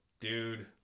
dude